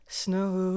snow